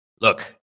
Look